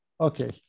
Okay